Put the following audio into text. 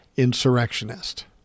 insurrectionist